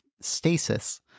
stasis